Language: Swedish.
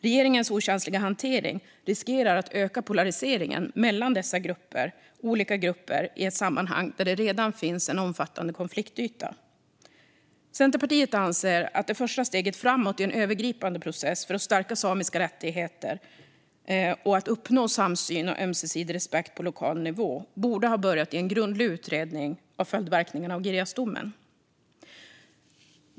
Regeringens okänsliga hantering riskerar att öka polariseringen mellan olika grupper i ett sammanhang där det redan finns en omfattande konfliktyta. Centerpartiet anser att det första steget framåt i en övergripande process för att stärka samiska rättigheter och uppnå samsyn och ömsesidig respekt på lokal nivå borde ha börjat i en grundlig utredning av följdverkningarna av Girjasdomen.